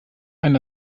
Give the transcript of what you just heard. einen